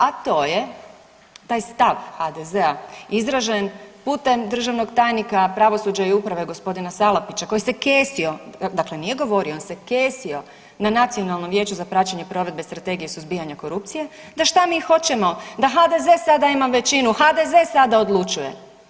A to je, taj stav HDZ-a izražen putem državnog tajnika pravosuđa i uprave gospodina Salapića koji se kesio, dakle nije govorio on se kesio na Nacionalnom vijeću za praćenje provedbe strategije suzbijanja korupcije, da šta mi hoćemo da HDZ sada ima većinu, HDZ sada odlučuje.